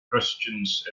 christians